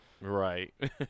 Right